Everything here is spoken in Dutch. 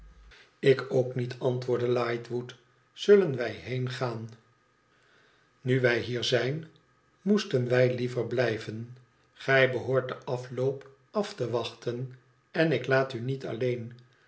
ik ook niet antwoordde lightwood zullen wij heengaan nu wij hier zijn moesten wij liever blijven gij behoort den afloop af te wachten en ik laat u niet alleen